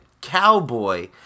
cowboy